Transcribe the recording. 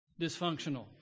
dysfunctional